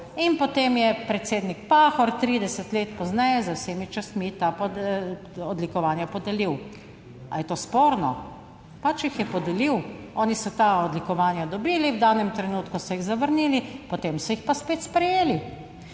In potem je predsednik Pahor 30 let pozneje z vsemi častmi ta odlikovanja podelil. Ali je to sporno? Pač jih je podelil. Oni so ta odlikovanja dobili, v danem trenutku so jih zavrnili, potem so jih pa spet sprejeli.